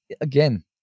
again